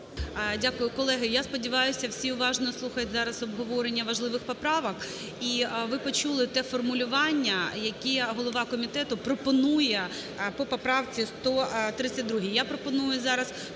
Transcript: Дякую. Колеги, я сподіваюся, всі уважно слухають зараз обговорення важливих поправок, і ви почули те формулювання, яке голова комітету пропонує по поправці 132. Я пропоную зараз